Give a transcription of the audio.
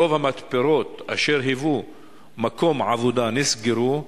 רוב המתפרות אשר היוו מקום עבודה נסגרו.